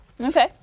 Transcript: Okay